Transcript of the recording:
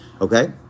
okay